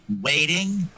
waiting